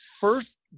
first